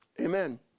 amen